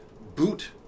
boot